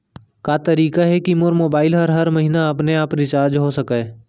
का तरीका हे कि मोर मोबाइल ह हर महीना अपने आप रिचार्ज हो सकय?